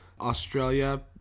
Australia